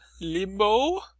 Limbo